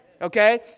Okay